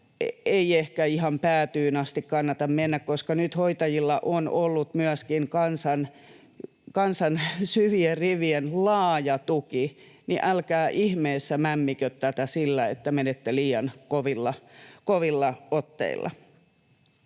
Ei ehkä ihan päätyyn asti kannata mennä. Nyt hoitajilla on ollut myöskin kansan syvien rivien laaja tuki. Älkää ihmeessä mämmikö tätä sillä, että menette liian kovilla otteilla.